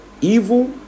evil